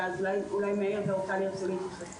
אז אולי מאיר ואורטל ירצו להתייחס.